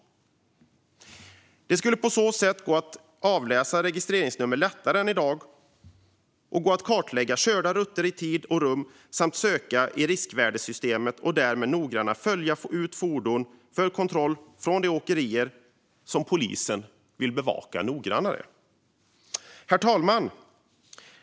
Det skulle på så sätt lättare än i dag gå att avläsa registreringsnummer och kartlägga körda rutter i tid och rum samt söka i riskvärderingssystemet och därmed noggrannare välja ut fordon från de åkerier som polisen vill bevaka noggrannare för kontroll. Herr talman!